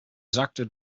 zakte